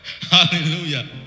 Hallelujah